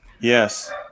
Yes